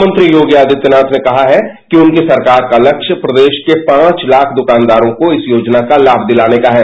मुख्यमंत्री योगी आदित्यनाथ ने कहा है कि उनकी सरकार का लक्ष्य प्रदेश के पांच लाख दुकानदारों को इस योजना का लाभ दिलाने का है